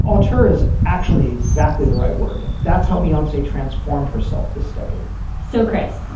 auteur is actually exactly the right word. that's how beyonce transformed herself this decade so, chris,